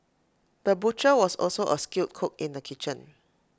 the butcher was also A skilled cook in the kitchen